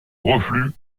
reflux